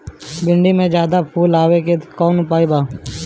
भिन्डी में ज्यादा फुल आवे के कौन उपाय बा?